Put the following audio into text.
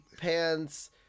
pants